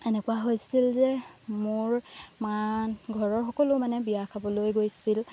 এনেকুৱা হৈছিল যে মোৰ মা ঘৰৰ সকলো মানে বিয়া খাবলৈ গৈছিল